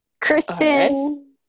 Kristen